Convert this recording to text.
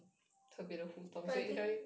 but I think